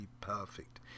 perfect